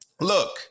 look